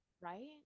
right